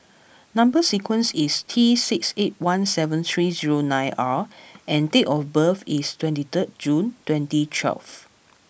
number sequence is T six eight one seven three zero nine R and date of birth is twenty third June twenty twelve